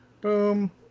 Boom